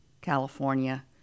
California